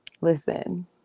Listen